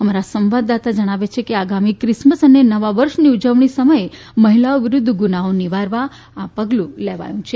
અમારા સંવાદદાતા જણાવે છે કે આગામી ક્રિસમસ અને નવા વર્ષની ઉજવણી સમયે મહિલાઓ વિરૂદ્ધ ગુનાઓ નિવારવા આ પગલું લેવાયું છે